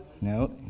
No